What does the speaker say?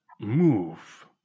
move